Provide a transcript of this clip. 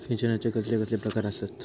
सिंचनाचे कसले कसले प्रकार आसत?